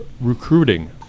recruiting